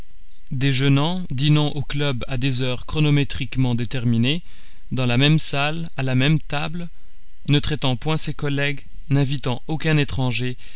déjeunant dînant au club à des heures chronométriquement déterminées dans la même salle à la même table ne traitant point ses collègues n'invitant aucun étranger